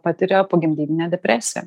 patiria pogimdyminę depresiją